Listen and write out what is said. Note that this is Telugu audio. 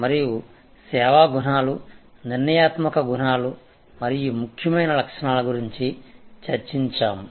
మరియు సేవా గుణాలు నిర్ణయాత్మక గుణాలు మరియు ముఖ్యమైన లక్షణాల గురించి చర్చించాము